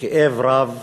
כאב רב